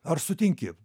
ar sutinki